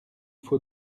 faut